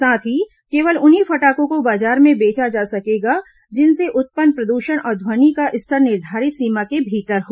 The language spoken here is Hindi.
साथ ही केवल उन्हीं फटाखों को बाजार में बेचा जा सकेगा जिनसे उत्पन्न प्रदूषण और ध्वनि का स्तर निर्धारित सीमा के भीतर हो